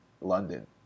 London